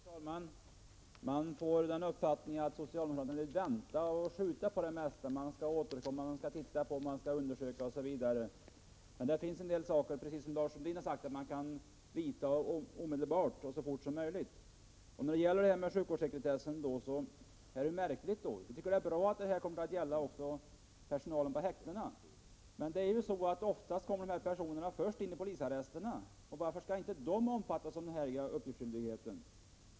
Herr talman! Man får uppfattningen att socialdemokraterna vill vänta och skjuta på det mesta. De skall återkomma, titta på, undersöka, osv. Men det finns, som Lars Sundin har sagt, en del åtgärder som kan vidtas omedelbart. Det som gäller sjukvårdssekretessen är något märkligt. Det är bra att denna sekretess kommer att gälla även personalen på häktena. Men ofta kommer dessa personer först in i polisarresterna, så varför skall inte dessa omfattas av denna uppgiftsskyldighet.